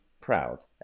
proud